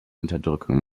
unterdrückung